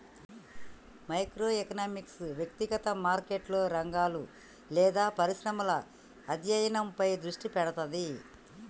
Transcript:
micro economics వ్యక్తిగత మార్కెట్లు, రంగాలు లేదా పరిశ్రమల అధ్యయనంపై దృష్టి పెడతది